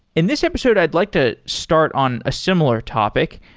in this episode, i'd like to start on a similar topic.